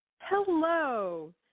Hello